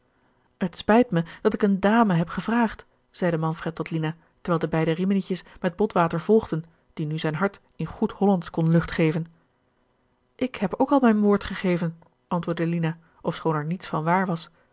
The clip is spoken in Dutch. het spijt me dat ik eene dame heb gevraagd zeide manfred tot lina terwijl de beide riminietjes met botwater volgden die nu zijn hart in goed hollandsch kon lucht geven ik heb ook al mijn woord gegeven antwoordde lina ofschoon er niets van waar was